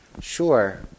Sure